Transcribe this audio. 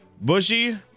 Bushy